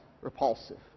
repulsive